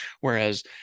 Whereas